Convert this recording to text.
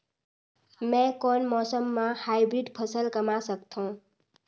मै कोन मौसम म हाईब्रिड फसल कमा सकथव?